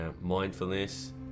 Mindfulness